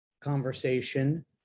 conversation